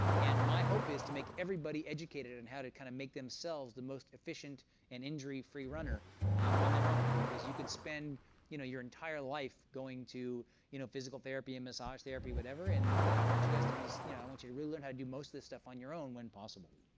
and my hope is to make everybody educated in how to kind of make themselves the most efficient and injury free runner on their own, because you could spend you know your entire life going to you know physical therapy and massage therapy, whatever, and you know i want you guys to be you know i want you really learn how to do most of this stuff on your own when possible.